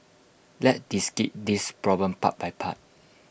let's this problem part by part